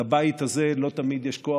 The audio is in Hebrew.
שלבית הזה לא תמיד יש כוח,